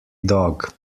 dog